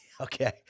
okay